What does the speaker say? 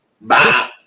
Bye